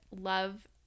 love